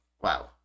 Wow